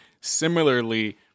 similarly –